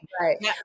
Right